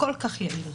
כל-כך יעיל.